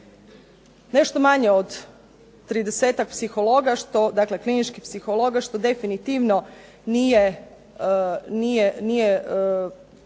nešto manje od 30-ak psihologa, kliničkih psihologa što definitivno nije